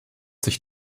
sich